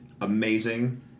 Amazing